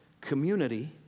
Community